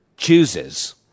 chooses